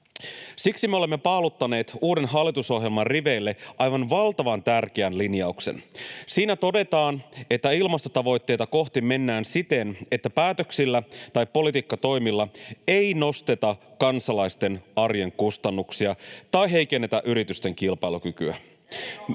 Siksi me olemme paaluttaneet uuden hallitusohjelman riveille aivan valtavan tärkeän linjauksen. Siinä todetaan, että ilmastotavoitteita kohti mennään siten, että päätöksillä tai politiikkatoimilla ei nosteta kansalaisten arjen kustannuksia tai heikennetä yritysten kilpailukykyä.